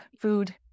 food